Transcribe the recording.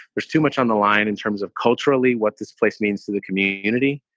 there's too much on the line in terms of culturally what this place means to the community.